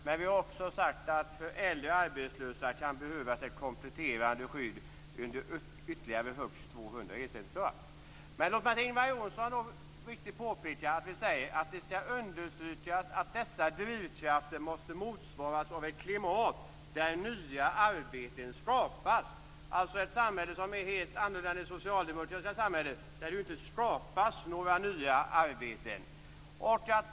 Men vi har också sagt att det för äldre arbetslösa kan behövas ett kompletterande skydd under ytterligare högst 200 Låt mig påpeka för Ingvar Johnsson att vi säger att det skall understrykas att dessa drivkrafter måste motsvaras av ett klimat där nya arbeten skapas. Det är alltså ett samhälle som är helt annorlunda än det socialdemokratiska samhället, där det inte skapas några nya arbeten.